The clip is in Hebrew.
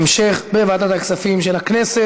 המשך בוועדת הכספים של הכנסת.